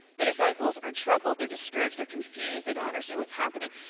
the disciples are troubled, they're discouraged, they're confused, they don't understand what's happening.